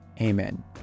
Amen